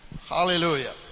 hallelujah